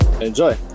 Enjoy